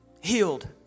Healed